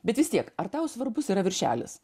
bet vis tiek ar tau svarbus yra viršelis